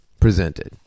Presented